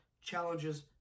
challenges